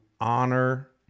Honor